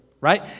right